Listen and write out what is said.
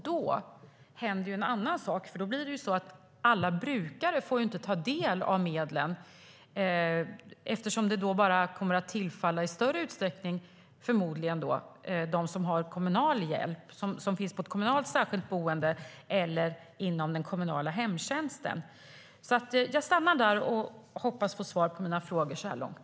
Då händer en annan sak, nämligen att alla brukare inte får ta del av medlen eftersom dessa i större utsträckning förmodligen bara kommer att tillfalla dem som har kommunal hjälp eller som finns på ett kommunalt särskilt boende eller inom den kommunala hemtjänsten. Jag stannar där och hoppas på att få svar på mina frågor så här långt.